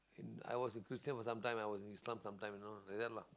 in I was a Christian for sometime I was Islam sometime you know like that lah